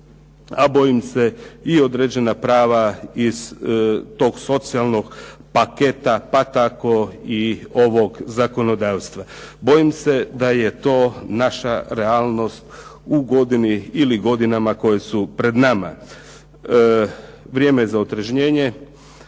a bojim se i određena prava iz tog socijalnog paketa, pa tako i ovog zakonodavstva. Bojim se da je to naša realnost u godini ili godinama koje su pred nama. Vrijeme je za otrežnjenje,